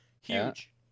Huge